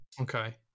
Okay